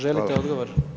Želite odgovor?